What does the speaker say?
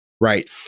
right